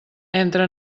entra